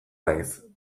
naiz